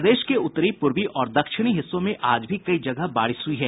प्रदेश के उत्तरी पूर्वी और दक्षिणी हिस्सों में आज भी कई जगह बारिश हुई है